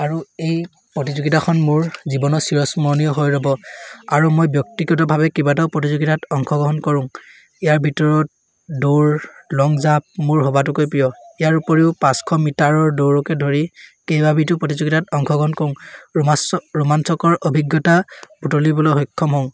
আৰু এই প্ৰতিযোগিতাখন মোৰ জীৱনৰ চিৰস্মৰণীয় হৈ ৰ'ব আৰু মই ব্যক্তিগতভাৱে কেইবাটাও প্ৰতিযোগিতাত অংশগ্ৰহণ কৰোঁ ইয়াৰ ভিতৰত দৌৰ লংজাঁপ মোৰ সবটোকৈ প্ৰিয় ইয়াৰ উপৰিও পাঁচশ মিটাৰৰ দৌৰকে ধৰি কেইবাবিধো প্ৰতিযোগিতাত অংশগ্ৰহণ কৰোঁ ৰোমাঞ্চকৰ অভিজ্ঞতা বুটলিবলৈ সক্ষম হওঁ